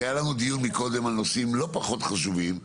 היה לנו דיון מקודם על נושאים לא פחות חשובים,